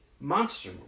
monster